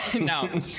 no